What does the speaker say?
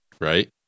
Right